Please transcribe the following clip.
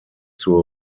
zur